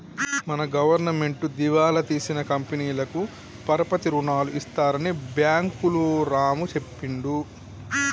మన గవర్నమెంటు దివాలా తీసిన కంపెనీలకు పరపతి రుణాలు ఇస్తారని బ్యాంకులు రాము చెప్పిండు